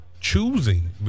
choosing